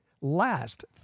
last